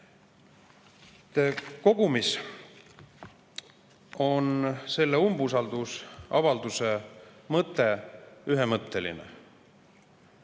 Kogumis on selle umbusaldusavalduse mõte ühemõtteline: